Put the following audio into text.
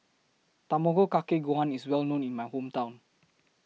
Tamago Kake Gohan IS Well known in My Hometown